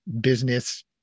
business